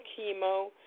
chemo